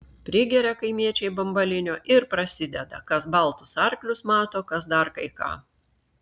prigeria kaimiečiai bambalinio ir prasideda kas baltus arklius mato kas dar kai ką